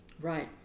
Right